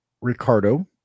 ricardo